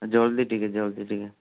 ହଁ ଜଲ୍ଦି ଟିକେ ଜଲ୍ଦି ଟିକେ